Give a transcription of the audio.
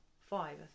five